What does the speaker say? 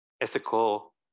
Ethical